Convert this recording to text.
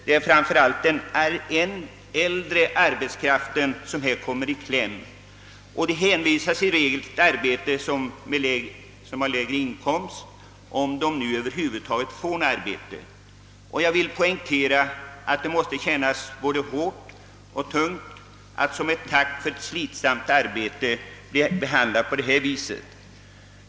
Det är framför allt de äldre arbetstagarna som kommer i kläm. De hänvisas i regel till arbeten med lägre inkomst, om de över huvud taget får något arbete. Det måste kännas hårt att som tack för ett slitsamt arbete behandlas på det sättet.